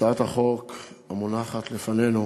החוק הבא הוא